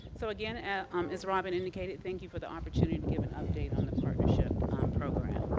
so again, and um as robin indicated, thank you for the opportunity to give an update on the partnership program.